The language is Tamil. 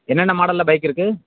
என்னென்ன மாடலில் பைக் இருக்குது